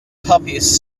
puppies